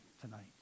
tonight